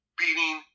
beating –